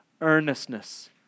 earnestness